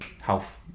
health